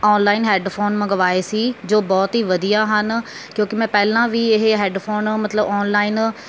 online headphone ਮੰਗਵਾਏ ਸੀ ਜੋ ਬਹੁਤ ਹੀ ਵਧੀਆ ਹਨ ਕਿਉਂਕਿ ਮੈਂ ਪਹਿਲਾਂ ਵੀ ਇਹ ਹੈੱਡਫੋਨ ਮਤਲਬ ਔਨਲਾਈਨ